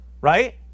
Right